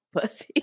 pussy